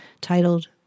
titled